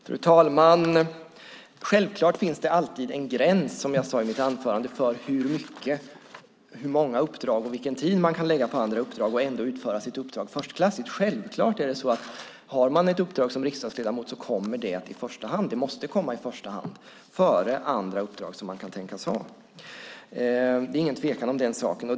Fru talman! Självklart finns det, som jag sade i mitt anförande, en gräns för hur många uppdrag man kan ha och hur mycket tid man kan lägga på dem och ändå utföra uppdraget förstklassigt. Om man har ett uppdrag som riksdagsledamot kommer det självklart i första hand. Det måste komma i första hand, före andra uppdrag som man kan tänkas ha. Det är ingen tvekan om den saken.